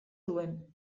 duen